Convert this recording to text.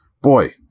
Boy